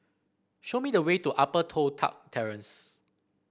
show me the way to Upper Toh Tuck Terrace